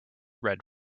read